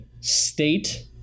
state